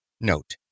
NOTE